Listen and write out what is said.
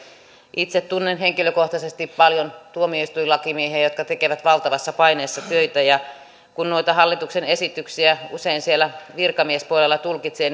itse tunnen henkilökohtaisesti paljon tuomioistuinlakimiehiä jotka tekevät valtavassa paineessa töitä ja kun noita hallituksen esityksiä siellä virkamiespuolella tulkitsee